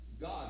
God